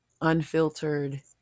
unfiltered